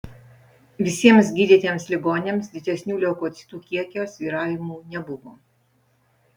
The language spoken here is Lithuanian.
visiems gydytiems ligoniams didesnių leukocitų kiekio svyravimų nebuvo